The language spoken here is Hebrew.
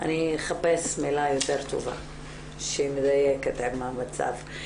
אני אחפש מילה יותר טובה שמדייקת עם המצב.